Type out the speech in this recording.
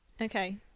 Okay